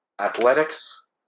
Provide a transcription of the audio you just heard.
Athletics